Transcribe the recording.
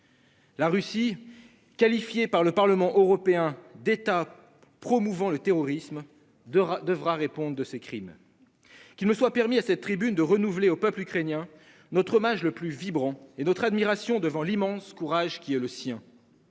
La Russie qualifiée par le Parlement européen d'État promouvant le terrorisme de devra répondre de ses crimes. Qu'il me soit permis à cette tribune de renouveler au peuple ukrainien. Notre hommage le plus vibrant et d'autres admiration devant l'immense courage qui est le sien.